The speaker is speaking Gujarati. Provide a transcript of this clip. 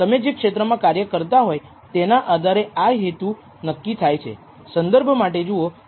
તમે જે ક્ષેત્રમાં કાર્ય કરતા હોય તેના આધારે આ હેતુ નક્કી થાય છે